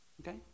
Okay